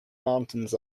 mountains